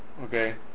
okay